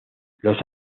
los